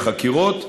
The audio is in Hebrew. החקירות.